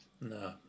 no